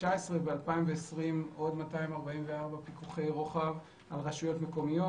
2019. ב-2020 עוד 244 פיקוחי רוחב על רשויות מקומיות,